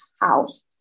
house